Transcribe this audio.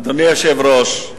אדוני היושב-ראש,